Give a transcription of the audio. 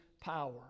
power